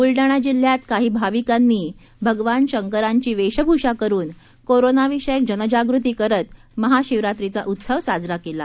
बुलडाणा जिल्ह्यात काही भाविकांनी भगवान शंकरांची वेषभूषा करून कोरोनाविषयक जनजागृती करत महाशिवरात्रीचा उत्सव साजरा केला